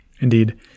Indeed